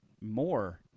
more